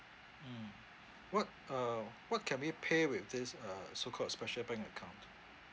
mm what uh what can we pay with this uh so called special bank account